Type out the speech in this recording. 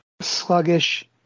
sluggish